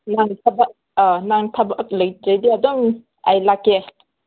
ꯅꯪ ꯊꯕꯛ ꯑꯥ ꯅꯪ ꯊꯕꯛ ꯂꯩꯇ꯭ꯔꯗꯤ ꯑꯗꯨꯝ ꯑꯩ ꯂꯥꯛꯀꯦ